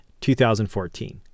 2014